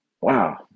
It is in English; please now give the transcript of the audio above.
wow